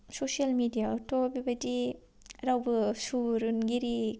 social मिडियाआवथ' बेबायदि रावबो सुबुरुनगिरि